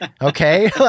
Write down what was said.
Okay